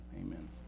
Amen